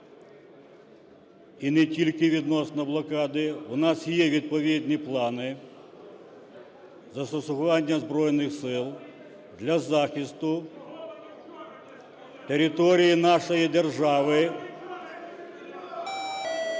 І не тільки відносно блокади у нас є відповідні плани застосування Збройних Сил для захисту території нашої держави, для